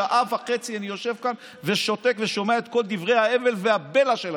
שעה וחצי אני יושב כאן ושותק ושומע את כל דברי ההבל והבלע שלכם,